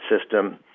system